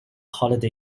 holiday